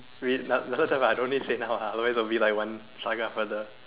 I don't need say now ah otherwise it will be like one saga further